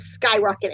skyrocketing